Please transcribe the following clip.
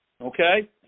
okay